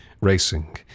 racing